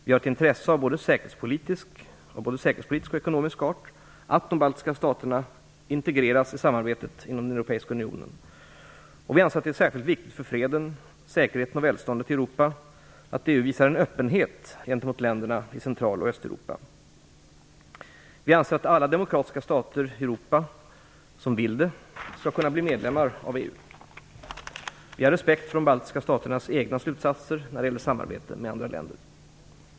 Vi har ett intresse av både säkerhetspolitisk och ekonomisk art av att de baltiska staterna integreras i samarbetet inom den europeiska unionen, och vi anser att det är särskilt viktigt för freden, säkerheten och välståndet i Europa att EU visar öppenhet gentemot länderna i Central och Östeuropa. Vi anser att alla demokratiska stater i Europa som vill det skall kunna bli medlemmar i EU. Vi har respekt för de baltiska staternas egna slutsatser när det gäller samarbete med andra länder.